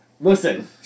Listen